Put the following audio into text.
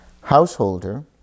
Householder